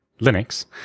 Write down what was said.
Linux